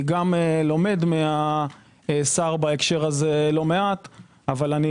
אני לומד גם מהשר בהקשר זה לא מעט אבל אני